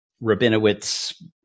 Rabinowitz